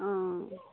অঁ